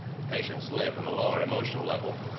the patients live in a lower emotional level,